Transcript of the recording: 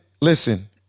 listen